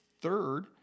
third